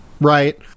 right